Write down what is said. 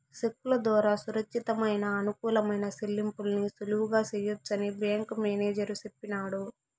సెక్కుల దోరా సురచ్చితమయిన, అనుకూలమైన సెల్లింపుల్ని సులువుగా సెయ్యొచ్చని బ్యేంకు మేనేజరు సెప్పినాడు